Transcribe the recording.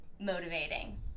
motivating